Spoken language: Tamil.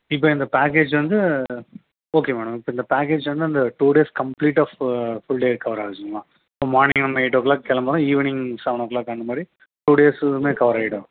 இப்போ இந்த பேக்கேஜ் வந்து ஓகே மேடம் இப்போ இந்த பேக்கேஜ் வந்து அந்த டூ டேஸ் கம்ப்ளீட்டாக ஃபுல்டே கவர் ஆகுதுங்களா இப்போ மார்னிங் நம்ம எயிட்டோ க்ளாக் கிளம்புனா ஈவினிங் செவெனோ க்ளாக் அந்த மாதிரி டூ டேஸுமே கவர் ஆயிடும்